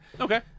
Okay